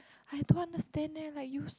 I don't understand there like you